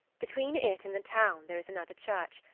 between it and the town there is another church,